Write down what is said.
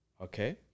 Okay